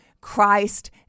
Christ